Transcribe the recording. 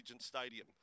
Stadium